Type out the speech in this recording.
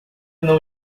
não